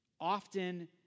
often